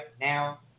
now